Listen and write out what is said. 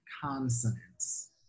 consonants